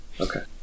Okay